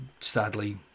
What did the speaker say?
Sadly